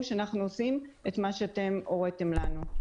שאנחנו עושים את מה שאתם הוריתם לנו.